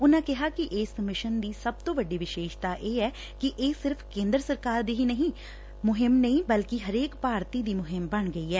ਉਨੂਾਂ ਕਿਹਾ ਕਿ ਇਸ ਮਿਸ਼ਨ ਦੀ ਸਭ ਤੋਂ ਵੱਡੀ ਵਿਸ਼ੇਸ਼ਤਾ ਇਹ ਐ ਕਿ ਇਹ ਸਿਰਫ਼ ਕੇਦਰ ਸਰਕਾਰ ਦੀ ਹੀ ਮੁਹਿੰਮ ਨਹੀ ਬਲਕਿ ਹਰੇਕ ਭਾਰਤੀ ਦੀ ਮੁਹਿੰਮ ਬਣ ਗਈ ਐ